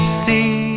see